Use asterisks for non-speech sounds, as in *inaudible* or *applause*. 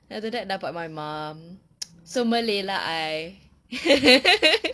then after that dapat my mum *noise* so malay lah I *laughs*